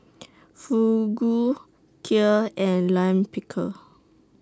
Fugu Kheer and Lime Pickle